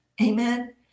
Amen